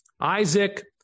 Isaac